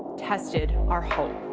tested our hope.